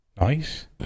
nice